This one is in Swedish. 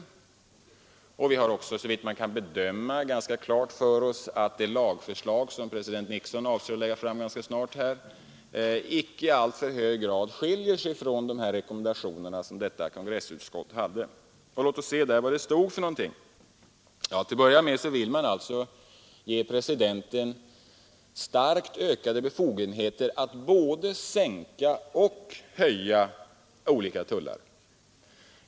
Vi har också, såvitt kan bedömas, ganska klart för oss att det lagförslag som president Nixon avser att lägga fram rätt snart icke i alltför hög grad skiljer sig från de rekommendationer som detta kongressutskott hade. Låt oss se vad det där stod. Till att börja med vill man ge presidenten starkt ökade befogenheter att både sänka och höja olika tullar.